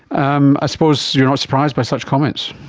um ah suppose you're not surprised by such comments.